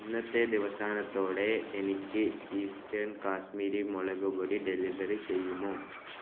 ഇന്നത്തെ ദിവസത്തോടെ എനിക്ക് ഈസ്റ്റേൺ കാശ്മീരി മുളകുപൊടി ഡെലിവർ ചെയ്യുമോ